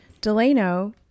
Delano